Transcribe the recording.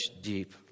deep